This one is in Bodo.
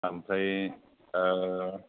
आमफ्राय